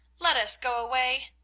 let us go away!